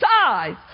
size